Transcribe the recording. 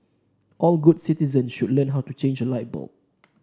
all good citizens should learn how to change a light bulb